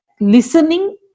listening